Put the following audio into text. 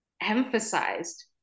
emphasized